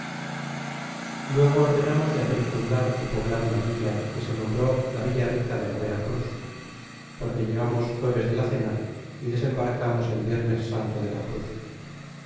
luego ordenamos de hacer y fundar ó poblar una villa que se nombró la villa rica de la vera cruz porque llegamos jueves de la cena y desembarcarnos en viernes santo de la cruz